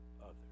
others